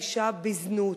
האשה בזנות.